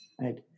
right